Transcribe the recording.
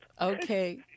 Okay